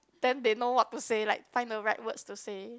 then they know what to say like find the right words to say